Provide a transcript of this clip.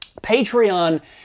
Patreon